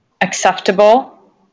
acceptable